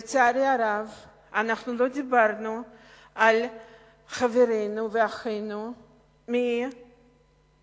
לצערי הרב לא דיברנו על חברינו ואחינו מאירן.